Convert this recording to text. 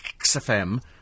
XFM